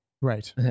right